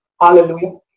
Hallelujah